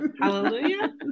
Hallelujah